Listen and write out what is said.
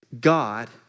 God